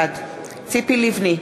בעד ציפי לבני,